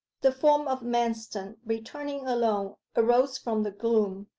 the form of manston returning alone arose from the gloom,